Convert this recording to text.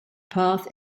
path